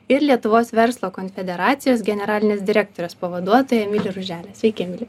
ir lietuvos verslo konfederacijos generalinės direktorės pavaduotoją emilį ruželę sveiki emili